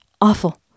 Awful